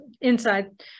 inside